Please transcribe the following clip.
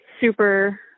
super